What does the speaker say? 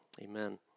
amen